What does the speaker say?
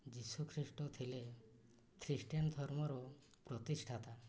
ଯିଶୁ ଖ୍ରୀଷ୍ଟ ଥିଲେ ଖ୍ରୀଷ୍ଟିୟାନ ଧର୍ମର ପ୍ରତିଷ୍ଠାତା